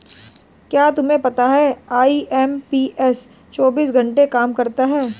क्या तुम्हें पता है आई.एम.पी.एस चौबीस घंटे काम करता है